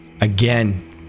Again